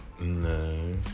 no